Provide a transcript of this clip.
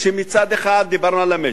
שמצד אחד דיברנו על ה"מצ'ינג",